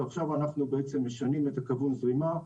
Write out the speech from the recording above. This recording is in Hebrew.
ועכשיו אנחנו בעצם משנים את כיוון הזרימה,